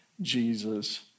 Jesus